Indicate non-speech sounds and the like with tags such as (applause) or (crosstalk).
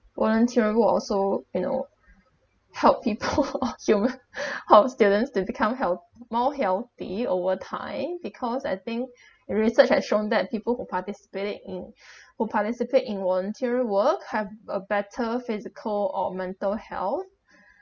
volunteer work also you know help people (laughs) (noise) help students to become heal~ more healthy over time because I think the research has shown that people who participated in who participate in voluntary work have a better physical or mental health